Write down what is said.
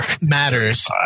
matters